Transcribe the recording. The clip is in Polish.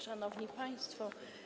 Szanowni Państwo!